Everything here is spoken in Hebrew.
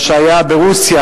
מה שהיה ברוסיה,